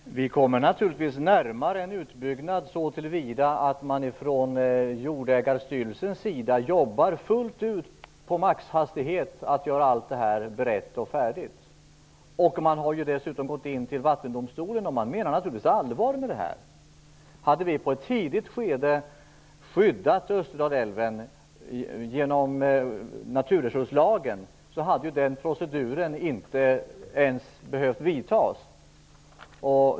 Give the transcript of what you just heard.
Fru talman! Vi kommer naturligtvis närmare en utbyggnad så till vida att man från jordägarstyrelsens sida jobbar fullt ut, på maxhastighet, för att bereda allt det här och göra det färdigt. Man har dessutom gått till vattendomstolen, och man menar naturligtvis allvar med det. Hade vi i ett tidigt skede skyddat Österdalälven genom naturresurslagen hade den proceduren inte behövts.